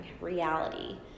reality